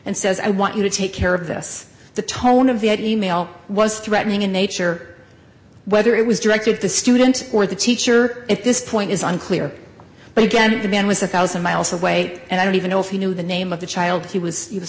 and says i want you to take care of this the tone of the any mail was threatening in nature whether it was directed at the student or the teacher at this point is unclear but again the man was a one thousand miles away and i don't even know if he knew the name of the child he was